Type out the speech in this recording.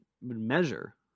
measure